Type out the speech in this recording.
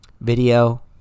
Video